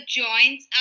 joints